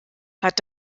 hat